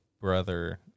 brother